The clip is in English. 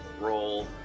roll